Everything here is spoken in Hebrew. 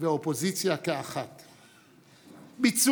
אך במקביל,